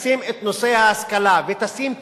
ותשים את נושא ההשכלה כיעד,